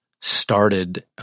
started